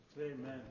Amen